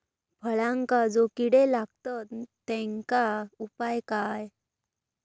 फळांका जो किडे लागतत तेनका उपाय काय?